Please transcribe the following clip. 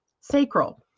sacral